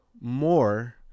More